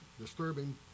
disturbing